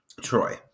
Troy